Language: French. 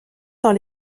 dans